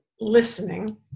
listening